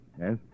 Yes